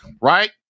right